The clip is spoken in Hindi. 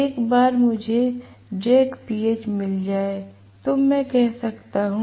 एक बार मुझे Zph मिल जाए तो मैं कह सकता हूं